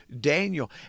Daniel